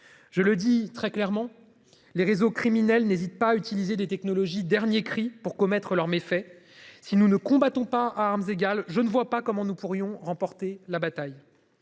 Je le dis très clairement les réseaux criminels n'hésite pas à utiliser des technologies dernier cri pour commettre leurs méfaits. Si nous ne combattons pas à armes égales. Je ne vois pas comment nous pourrions remporter la bataille.